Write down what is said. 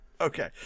Okay